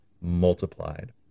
multiplied